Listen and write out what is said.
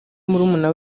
murumuna